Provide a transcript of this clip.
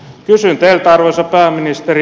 kysyn teiltä arvoisa pääministeri